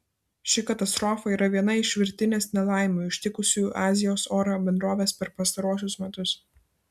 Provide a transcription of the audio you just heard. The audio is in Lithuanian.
ši katastrofa yra viena iš virtinės nelaimių ištikusių azijos oro bendroves per pastaruosius metus